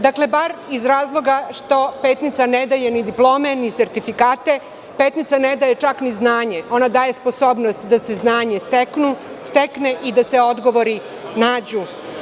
Dakle, bar iz razloga što Petnica ne daje ni diplome, ni sertifikate, Petnica ne daje čak ni znanje, ona daje sposobnost da se znanje stekne i da se odgovori nađu.